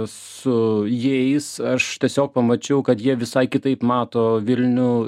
su jais aš tiesiog pamačiau kad jie visai kitaip mato vilnių